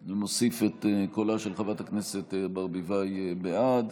אני מוסיף את קולה של חברת הכנסת ברביבאי בעד.